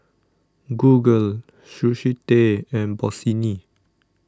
Google Sushi Tei and Bossini